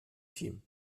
team